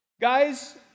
Guys